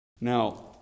Now